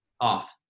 off